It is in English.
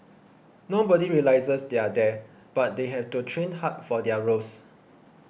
nobody realises they're there but they have to train hard for their roles